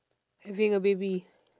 having a baby